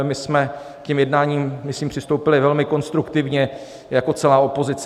My jsme k těm jednáním, myslím, přistoupili velmi konstruktivně jako celá opozice.